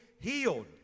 healed